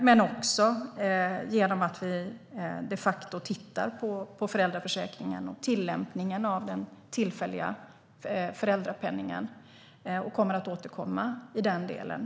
Men vi tittar också på föräldraförsäkringen och tillämpningen av den tillfälliga föräldrapenningen. Vi kommer att återkomma i den delen.